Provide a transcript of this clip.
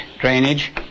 drainage